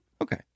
Okay